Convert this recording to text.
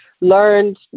learned